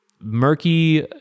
murky